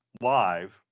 live